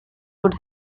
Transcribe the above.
would